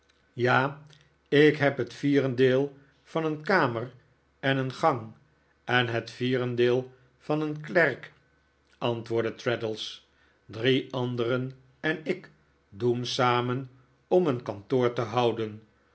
ja ik heb het vierdedeel van een kamer en een gang en het vierdedeel van een klerk antwoordde traddles drie anderen en ik doen samen om een kantoor te houden